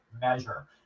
measure